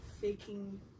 faking